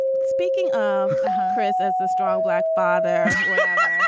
speaking of chris, as a strong black father,